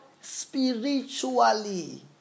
Spiritually